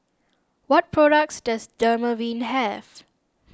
what products does Dermaveen have